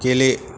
गेले